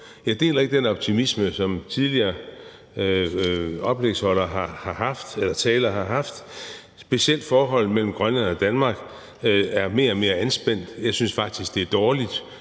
Jeg deler ikke den optimisme, som tidligere talere har haft. Specielt forholdet mellem Grønland og Danmark er mere og mere anspændt. Jeg synes faktisk, det er dårligt